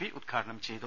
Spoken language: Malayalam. പി ഉദ്ഘാടനം ചെയ്തു